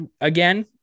again